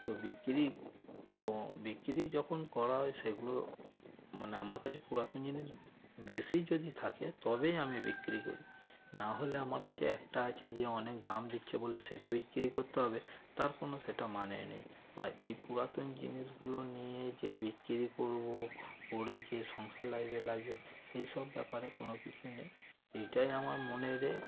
তো বিক্রি তো বিক্রি যখন করা হয় সেগুলো মানে আমার কাছে পুরাতন জিনিস বেশি যদি থাকে তবেই আমি বিক্রি করি নাহলে আমার কাছে একটা আছে যে অনেক দাম দিচ্ছে বলে সেটা বিক্রি করতে হবে তার কোনো সেটা মানে নেই বা এই পুরাতন জিনিসগুলো নিয়ে যে বিক্রি করব করে যে সংসার লাগবে লাগবে সেই সব ব্যাপারে কোনো কিছু নেই এটাই আমার মনের এ